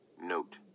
Note